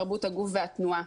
תרבות הגוף והתנועה.